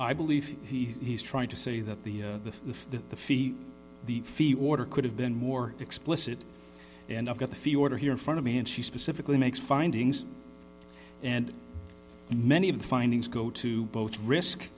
i believe he's trying to say that the the the that the fee the fee water could have been more explicit and i've got a few order here in front of me and she specifically makes findings and many of the findings go to both risk